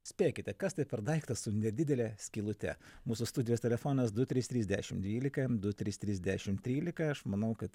spėkite kas tai per daiktas su nedidele skylute mūsų studijos telefonas du trys trys dešim dvylika du trys trys dešim trylika aš manau kad